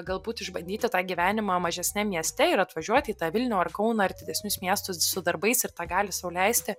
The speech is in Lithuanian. galbūt išbandyti tą gyvenimą mažesniam mieste ir atvažiuoti į tą vilnių ar kauną ar didesnius miestus su darbais ir tą gali sau leisti